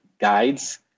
guides